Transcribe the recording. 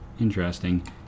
interesting